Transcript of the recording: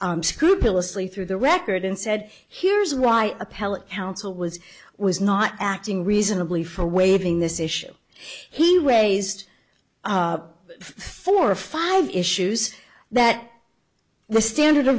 scrupulously through the record and said here's why appellate counsel was was not acting reasonably for waiving this issue he weighs four or five issues that the standard